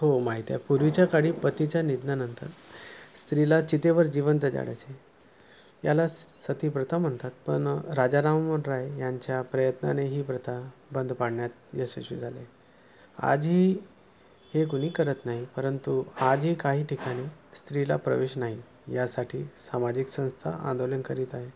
हो माहीत आहे पूर्वीच्या काळी पतीच्या निधनानंतर स्त्रीला चितेवर जिवंत जाळायचे याला सती प्रथा म्हणतात पण राजा रामन राय यांच्या प्रयत्नाने ही प्रथा बंद पाडण्यात यशस्वी झाले आजही हे कुणी करत नाही परंतु आजही काही ठिकाणी स्त्रीला प्रवेश नाही यासाठी सामाजिक संस्था आंदोलन करीत आहे